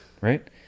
Right